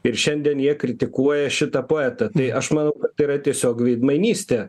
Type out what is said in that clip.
ir šiandien jie kritikuoja šitą poetą tai aš manau tai yra tiesiog veidmainystė